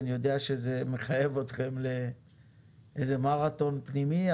אני יודע שזה מחייב אתכם למרתון פנימי,